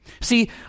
See